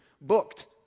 booked